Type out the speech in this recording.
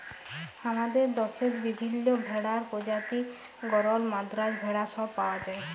হামাদের দশেত বিভিল্য ভেড়ার প্রজাতি গরল, মাদ্রাজ ভেড়া সব পাওয়া যায়